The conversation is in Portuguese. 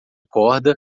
corda